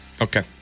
Okay